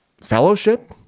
fellowship